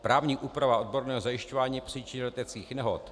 Právní úprava odborného zajišťování příčin leteckých nehod.